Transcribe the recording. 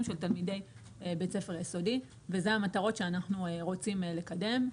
של תלמידי בית ספר יסודי ואלה המטרות שאנחנו רוצים לקדם.